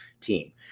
team